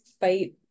fight